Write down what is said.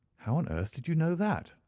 how on earth did you know that?